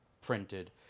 printed